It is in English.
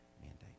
mandate